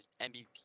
MVP